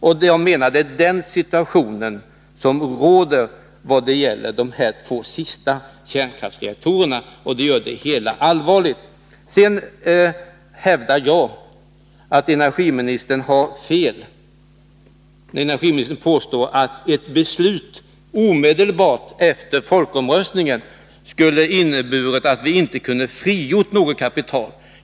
Enligt min mening är det denna situation som råder när det gäller de två sista kärnkraftsreaktorerna, och det gör det hela allvarligt. Sedan hävdar jag att energiministern har fel när hon påstår att ett beslut omedelbart efter folkomröstningen skulle ha inneburit att vi inte hade kunnat frigöra något kapital.